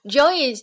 Joey